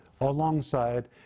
alongside